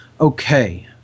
Okay